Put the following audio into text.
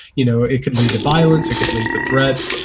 you know, it could lead to violence, it could lead to threats.